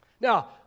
Now